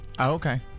Okay